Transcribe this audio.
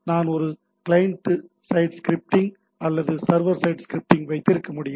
நான் ஒரு client side scripting அல்லது சர்வர் சைட் ஸ்கிரிப்டிங் வைத்திருக்க முடியும்